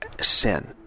sin